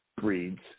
breeds